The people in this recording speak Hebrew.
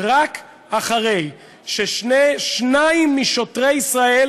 רק אחרי ששניים משוטרי ישראל